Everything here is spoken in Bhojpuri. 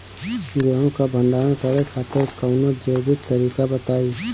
गेहूँ क भंडारण करे खातिर कवनो जैविक तरीका बताईं?